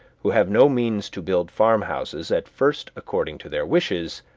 who have no means to build farmhouses at first according to their wishes,